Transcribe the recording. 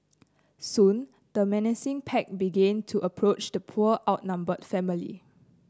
soon the menacing pack began to approach the poor outnumbered family